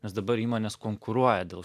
nes dabar įmonės konkuruoja dėl